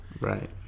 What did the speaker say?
Right